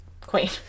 queen